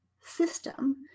system